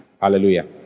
hallelujah